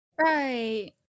right